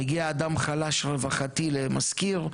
מגיע אדם חלש רווחתי למשכיר,